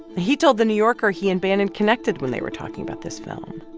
he told the new yorker he and bannon connected when they were talking about this film.